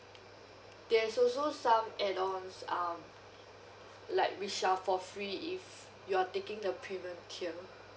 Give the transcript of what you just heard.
there's also some add ons um like for free if you're taking the premium tier